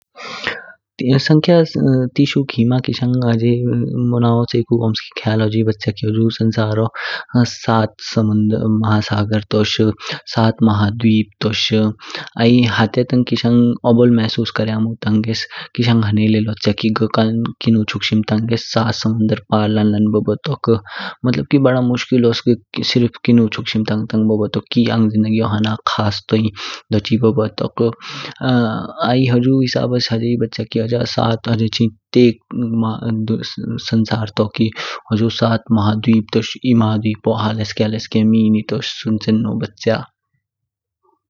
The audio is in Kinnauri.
संख्या तीन खिमा किशंग माना चयिकु ओमस्की ख्याल हुझुई बच्चा की हुजु संसारो सात समुद्र महासागर तोष, सात महाद्वीप तोष आई हेटे तंग किशंग ओबोल महसूस क्रयामो तंगेस हजे ले लोच्य की ग: किन्नु चुक्शिम तांगे सात समंदर पार लालन बब्ब टोक। मतलब की बड़ा मुश्किलस किनु चुक्शिम तंगेस बब्ब टोक, की आँग जिंदगीऊ ना खास तौई दोची बब्ब टोक। आई हुजु हिसाब्स हजे लोच्य की हजा तग संसार तो की होजो सात महाद्वीप तोष, ई महाद्वीपो हलेसके हलेसके में नितोष सुनचेनो बच्चा।